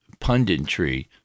punditry